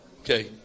okay